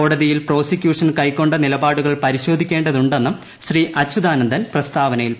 കോടതിയിൽ പ്രോസിക്യൂഷൻ കൈക്കൊണ്ട നിലപാടുകൾ പരിശോധിക്കേണ്ടതുണ്ടെന്നും ശ്രീ അച്യുതാനന്ദൻ പ്രസ്താവനയിൽ പറഞ്ഞു